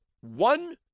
one